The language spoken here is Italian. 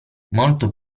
molto